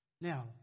Now